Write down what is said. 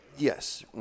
Yes